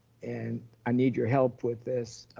and i need your help with this